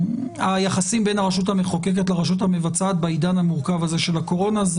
של היחסים בין הרשות המחוקקת לרשות המבצעת בעידן המורכב הזה של הקורונה.